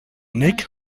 nick